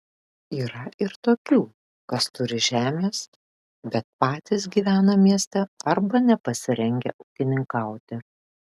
yra ir daug tokių kas turi žemės bet patys gyvena mieste arba nepasirengę ūkininkauti